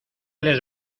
les